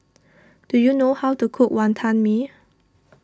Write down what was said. do you know how to cook Wantan Mee